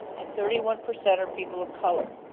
and thirty one percent are people of color.